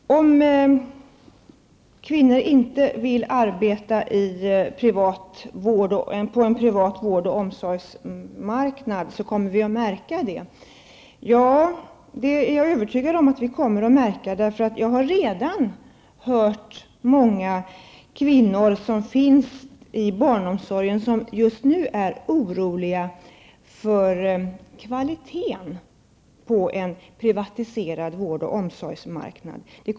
Herr talman! Om kvinnor inte vill arbeta på en privat vård och omsorgsmarknad kommer vi att märka det, säger socialministern. Ja, det är jag övertygad om att vi kommer att märka. Jag har redan hört många kvinnor som finns i barnomsorgen, som just nu är oroliga för kvaliteten på en privatiserad vård och omsorgsmarknad.